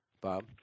Bob